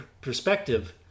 perspective